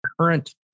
current